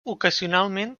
ocasionalment